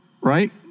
right